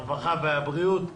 הרווחה והבריאות.